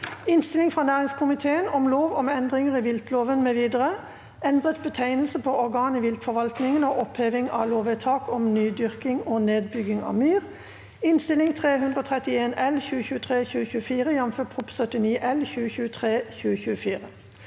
Innstilling fra næringskomiteen om Lov om endringer i viltloven mv. (endret betegnelse på organ i viltforvaltningen og oppheving av lovvedtak om nydyrking og nedbygging av myr) (Innst. 331 L (2023–2024), jf. Prop. 79 L (2023–2024))